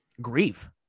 grieve